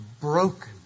broken